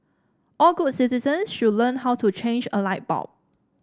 all good citizen should learn how to change a light bulb